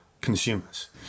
consumers